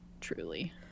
Truly